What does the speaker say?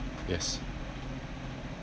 yes